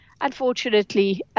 unfortunately –